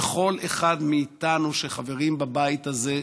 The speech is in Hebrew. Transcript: לכל אחד מאיתנו שחברים בבית הזה,